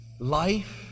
life